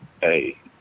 Hey